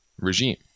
regime